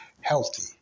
healthy